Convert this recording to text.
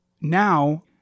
now